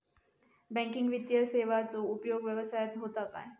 Banking वित्तीय सेवाचो उपयोग व्यवसायात होता काय?